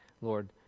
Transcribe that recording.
lord